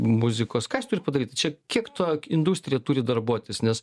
muzikos ką jis turi padaryt čia kiek to industrija turi darbuotis nes